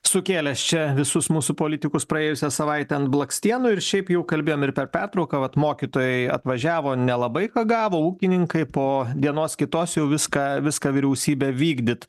sukėlęs čia visus mūsų politikus praėjusią savaitę ant blakstienų ir šiaip jau kalbėjom ir per pertrauką vat mokytojai atvažiavo nelabai ką gavo ūkininkai po dienos kitos jau viską viską vyriausybė vykdyt